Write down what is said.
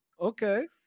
okay